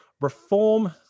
reform